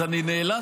אז אני נאלץ,